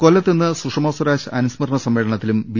കൊല്ലത്ത് ഇന്ന് സുഷമാസ്വരാജ് അനുസ്മരണ സമ്മേളനത്തിലും ബി